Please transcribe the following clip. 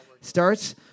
starts